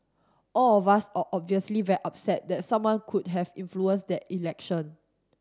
all of us are obviously very upset that someone could have influenced the election